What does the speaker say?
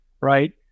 right